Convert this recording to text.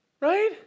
Right